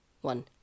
one